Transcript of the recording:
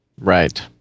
Right